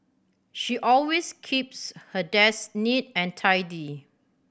she always keeps her desk neat and tidy